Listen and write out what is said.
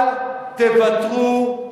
אל תוותרו,